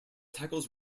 tackles